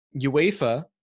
UEFA